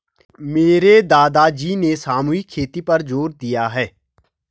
मेरे दादाजी ने सामूहिक खेती पर जोर दिया है